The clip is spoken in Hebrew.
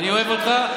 אני אוהב אותך.